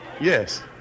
Yes